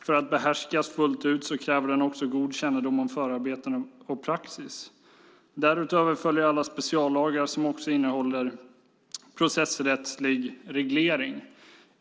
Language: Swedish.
För att behärskas fullt ut kräver den också god kännedom om förarbeten och praxis. Därutöver följer alla speciallagar som också innehåller processrättslig reglering.